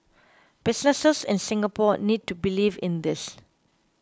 businesses in Singapore need to believe in this